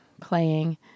playing